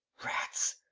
rats!